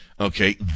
Okay